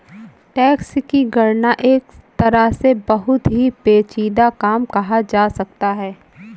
tax की गणना एक तरह से बहुत ही पेचीदा काम कहा जा सकता है